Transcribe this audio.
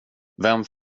vem